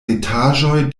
restaĵoj